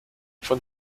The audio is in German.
von